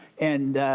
and,